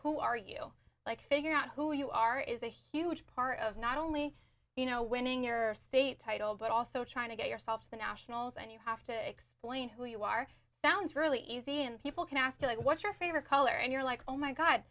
who are you like figure out who you are is a huge part of not only you know winning your state title but also trying to get yourself to the nationals and you have to explain who you are sounds really easy and people can ask you like what your favorite color and you're like oh my god